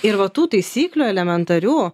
ir va tų taisyklių elementarių